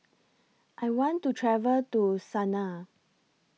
I want to travel to Sanaa